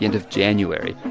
and of january,